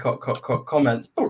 comments